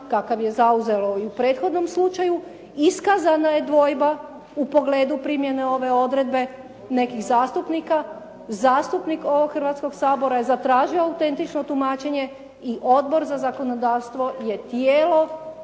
kakav je zauzelo i u prethodnom slučaju, iskazana je dvojba u pogledu primjene ove odredbe nekih zastupnika, zastupnik ovoga Hrvatskoga sabora je zatražio autentično tumačenje i Odbor za zakonodavstvo je tijelo